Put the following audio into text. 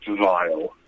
vile